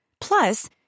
Plus